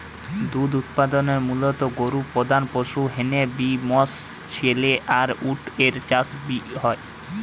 দুধ উতপাদনে মুলত গরু প্রধান পশু হ্যানে বি মশ, ছেলি আর উট এর চাষ বি হয়